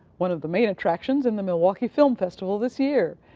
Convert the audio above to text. one of the main attractions in the milwaukee film festival this year.